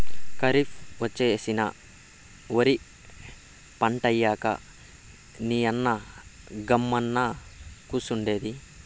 కరీఫ్ ఒచ్చేసినా ఒరి పంటేయ్యక నీయన్న గమ్మున కూసున్నాడెంది